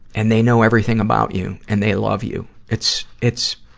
and they know everything about you, and they love you. it's, it's,